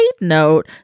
note